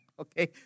Okay